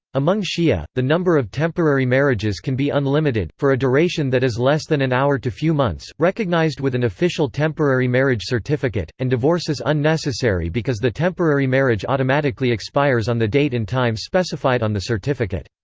among shia, the number of temporary marriages can be unlimited, for a duration that is less than an hour to few months, recognized with an official temporary marriage certificate, and divorce is unnecessary because the temporary marriage automatically expires on the date and time specified on the certificate.